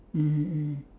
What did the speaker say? mmhmm mm